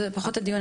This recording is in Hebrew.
זה פחות הדיון.